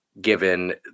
given